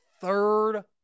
third